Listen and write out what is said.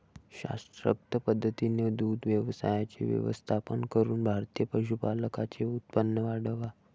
शास्त्रोक्त पद्धतीने दुग्ध व्यवसायाचे व्यवस्थापन करून भारतीय पशुपालकांचे उत्पन्न वाढवा